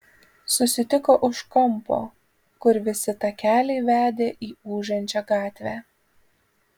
susitiko už kampo kur visi takeliai vedė į ūžiančią gatvę